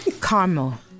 Caramel